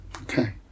okay